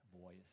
voice